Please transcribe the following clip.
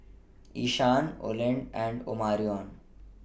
Ishaan Olen and Omarion